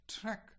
track